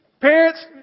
Parents